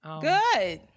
Good